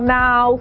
now